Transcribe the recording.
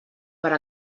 per